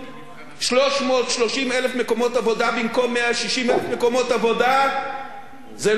330,000 מקומות עבודה במקום 160,000 מקומות עבודה זה לא כישלון,